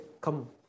come